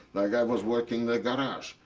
like i was working the garage.